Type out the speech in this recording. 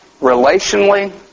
relationally